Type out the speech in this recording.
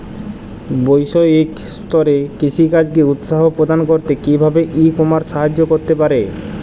বৈষয়িক স্তরে কৃষিকাজকে উৎসাহ প্রদান করতে কিভাবে ই কমার্স সাহায্য করতে পারে?